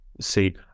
see